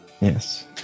Yes